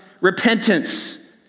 repentance